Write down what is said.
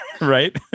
Right